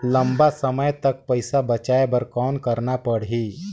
लंबा समय तक पइसा बचाये बर कौन करना पड़ही?